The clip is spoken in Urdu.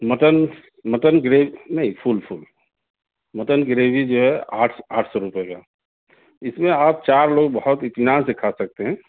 مٹن مٹن گریوی نہیں فل فل مٹن گریوی جو ہے آٹھ سو آٹھ سو روپئے کا اِس میں آپ چار لوگ بہت اِطمنان سے کھا سکتے ہیں